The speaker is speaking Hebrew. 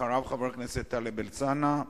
אחריו, חבר הכנסת טלב אלסאנע.